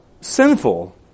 sinful